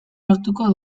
lortuko